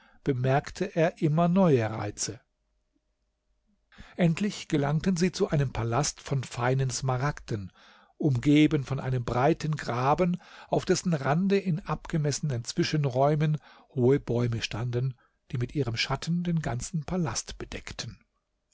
bemerkte er immer neue reize endlich gelangten sie zu einem palast von feinen smaragden umgeben von einem breiten graben auf dessen rande in abgemessenen zwischenräumen hohe bäume standen die mit ihrem schatten den ganzen palast bedeckten